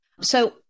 So-